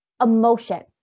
emotion